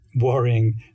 worrying